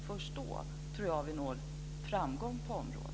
Först då tror jag att vi når framgång på området.